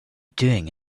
doing